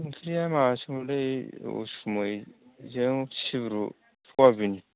ओंख्रिया माबासो मोनलै उसुमैजों सिब्रु सयाबिन